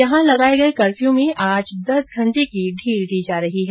यहां लगाये गये कर्फ्यू में आज दस घंटे की ढील दी जा रही है